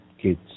kids